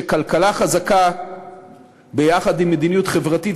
שכלכלה חזקה ביחד עם מדיניות חברתית,